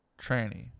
tranny